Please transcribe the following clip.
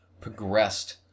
progressed